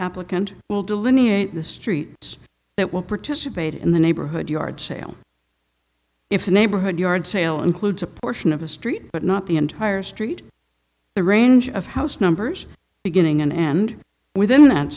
applicant will delineate the streets that will participate in the neighborhood yard sale if a neighborhood yard sale includes a portion of a street but not the entire street the range of house numbers beginning and end within that